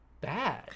bad